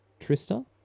Trista